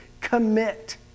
commit